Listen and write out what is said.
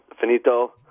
finito